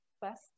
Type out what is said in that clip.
best